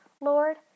Lord